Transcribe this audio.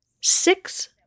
Six